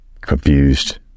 confused